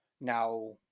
Now